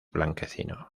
blanquecino